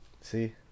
See